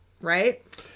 Right